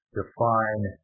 define